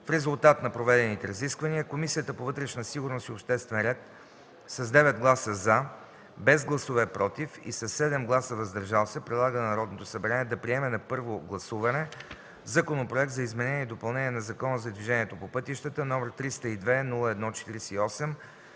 В резултат на проведените разисквания, Комисията по вътрешна сигурност и обществен ред с 9 гласа „за”, без „против” и 7 гласа „въздържали се”, предлага на Народното събрание да приеме на първо гласуване Законопроект за изменение и допълнение на Закона за движението по пътищата, № 302-01-48,